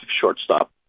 shortstop